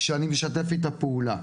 שאני משתף איתה פעולה,